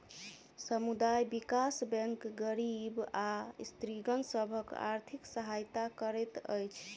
समुदाय विकास बैंक गरीब आ स्त्रीगण सभक आर्थिक सहायता करैत अछि